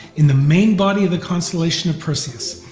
in the main body of the constellation of perseus.